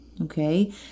Okay